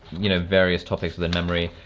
you know, various topics of the memory,